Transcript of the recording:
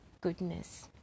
goodness